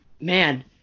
man